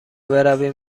برویم